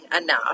enough